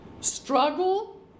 struggle